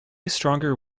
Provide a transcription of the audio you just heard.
stronger